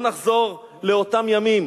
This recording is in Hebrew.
בואו נחזור לאותם ימים.